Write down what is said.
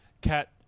Kat